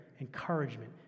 encouragement